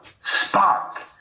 spark